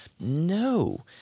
No